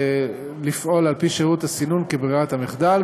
לפעול על-פי שירות הסינון כברירת מחדל,